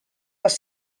les